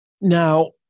Now